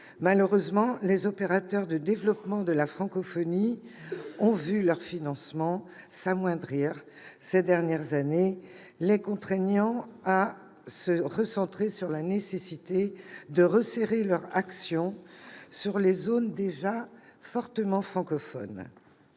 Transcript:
Malheureusement, les opérateurs de développement de la francophonie ont vu leur financement s'amoindrir ces dernières années, les contraignant à recentrer leur action sur les zones déjà fortement francophones.